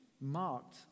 marked